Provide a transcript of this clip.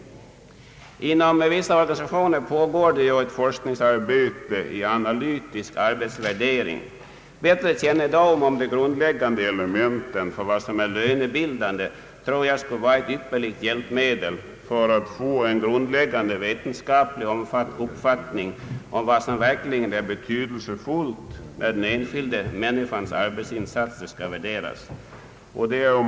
Inom vissa organisationer pågår ett forskningsarbete i analytisk arbetsvärdering. Bättre kännedom om de grundläggande elementen i vad som är lönebildande tycker jag skulle vara ett ypperligt hjälpmedel för att få en mera vetenskaplig uppfattning om vad som verkligen är betydelsefullt när den enskilda människans arbetsinsats skall värderas.